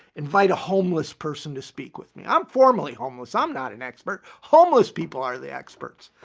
invite a homeless person to speak with me. i'm formerly homeless. i'm not an expert, homeless people are the experts.